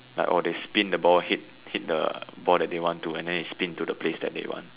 like oh they spin the ball hit hit the ball that they want to and then they spin to the place that they want